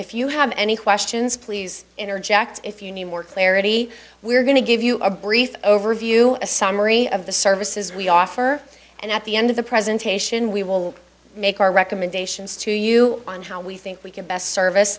if you have any questions please interject if you need more clarity we're going to give you a brief overview a summary of the services we offer and at the end of the presentation we will make our recommendations to you on how we think we can best service